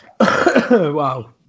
Wow